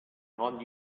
haunt